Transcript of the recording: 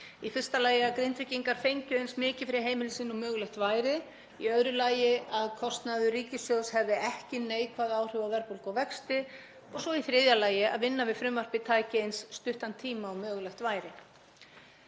Í fyrsta lagi að Grindvíkingar fengju eins mikið fyrir heimili sín og mögulegt væri. Í öðru lagi að kostnaður ríkissjóðs hefði ekki neikvæð áhrif á verðbólgu og vexti. Í þriðja lagi að vinnan við frumvarpið tæki eins stuttan tíma og mögulegt væri.